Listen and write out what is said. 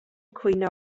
cwyno